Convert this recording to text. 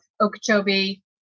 okeechobee